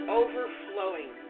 overflowing